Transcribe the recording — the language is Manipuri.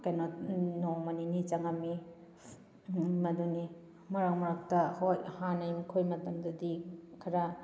ꯀꯩꯅꯣ ꯅꯣꯡꯃ ꯅꯤꯅꯤ ꯆꯪꯉꯝꯃꯤ ꯃꯗꯨꯅꯤ ꯃꯔꯛ ꯃꯔꯛꯇ ꯍꯣꯏ ꯍꯥꯟꯅꯩ ꯑꯩꯈꯣꯏ ꯃꯇꯝꯗꯗꯤ ꯈꯔ